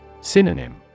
Synonym